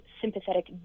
Sympathetic